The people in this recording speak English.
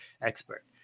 expert